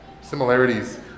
similarities